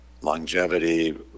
longevity